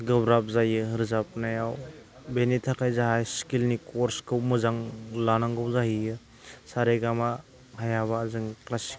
गोब्राब जायो रोजाबनायाव बेनि थाखाय जोंहा स्केलनि कर्सखौ मोजां लानांगौ जाहैयो सा रे गा मा हायाबा जों क्लासिक